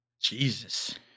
Jesus